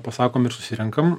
pasakom ir susirenkam